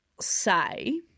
say